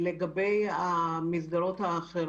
מדובר על מסגרות שיכולות לפעול פעמיים בשבוע אחר